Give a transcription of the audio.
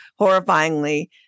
horrifyingly